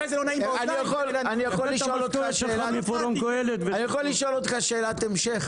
אולי זה לא נעים באוזניים אבל --- אני יכול לשאול אותך שאלת המשך?